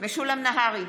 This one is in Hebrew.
משולם נהרי,